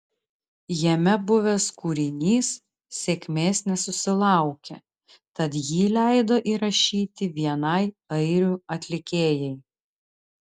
jame buvęs kūrinys sėkmės nesusilaukė tad jį leido įrašyti vienai airių atlikėjai